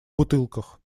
бутылках